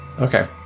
Okay